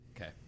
okay